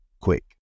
quick